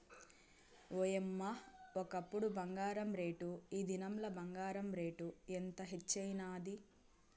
ఓయమ్మ, ఒకప్పుడు బంగారు రేటు, ఈ దినంల బంగారు రేటు ఎంత హెచ్చైనాది